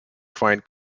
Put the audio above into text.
find